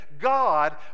God